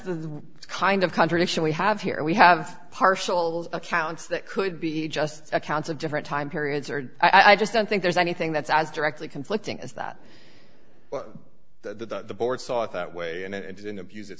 the kind of contradiction we have here we have partial accounts that could be just accounts of different time periods or i just don't think there's anything that's as directly conflicting as that well the board saw it that way and it ended in abuse